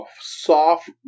soft